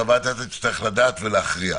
שהוועדה תצטרך לדעת ולהכריע.